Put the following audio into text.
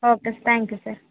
okay sir thank you sir